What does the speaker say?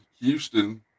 Houston